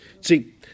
See